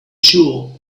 sure